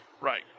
Right